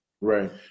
Right